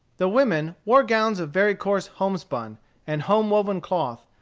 the women wore gowns of very coarse homespun and home-woven cloth,